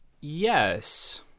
yes